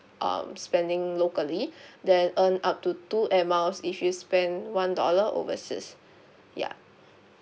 um spending locally then earn up to two air miles if you spend one dollar overseas ya